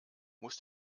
muss